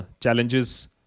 challenges